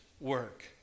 work